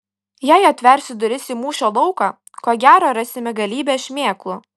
jei atversiu duris į mūšio lauką ko gero rasime galybę šmėklų